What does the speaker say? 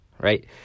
right